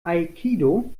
aikido